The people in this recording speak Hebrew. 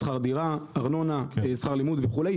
שכר דירה, ארנונה, שכר לימוד וכו'.